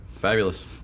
Fabulous